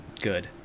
Good